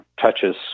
touches